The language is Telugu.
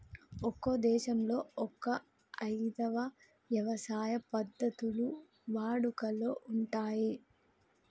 ఒక్కో దేశంలో ఒక్కో ఇధమైన యవసాయ పద్ధతులు వాడుకలో ఉంటయ్యి